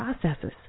processes